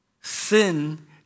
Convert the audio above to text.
Sin